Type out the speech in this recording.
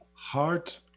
heart